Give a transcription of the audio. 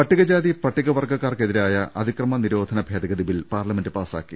പട്ടികജാതി പട്ടിക വർഗക്കാർക്കെതിരായ അതിക്രമ് നിരോധന ഭേദഗതി ബിൽ പാർലമെന്റ് പാസാക്കി